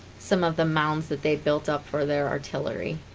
some of the mounds that they built up for their artillery